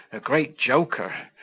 a great joker,